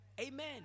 Amen